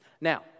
Now